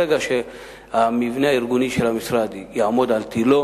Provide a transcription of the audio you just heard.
ברגע שהמבנה הארגוני של המשרד יעמוד על תלו,